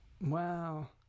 Wow